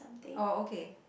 oh okay